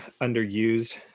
underused